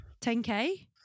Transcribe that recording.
10k